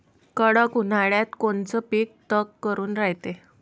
कडक उन्हाळ्यात कोनचं पिकं तग धरून रायते?